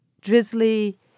Drizzly